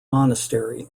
monastery